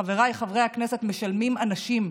חבריי חברי הכנסת, משלמים אנשים,